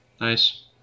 nice